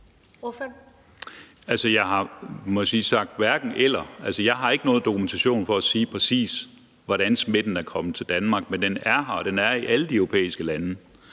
Jeg har ikke nogen dokumentation for at sige, præcis hvordan smitten er kommet til Danmark, men den er her, og den er i alle de europæiske lande.